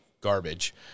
garbage